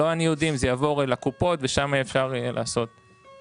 זה יעבור אל הקופות ושם אפשר יהיה לעשות את זה.